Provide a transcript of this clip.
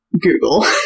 Google